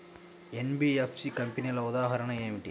NBFC కంపెనీల ఉదాహరణ ఏమిటి?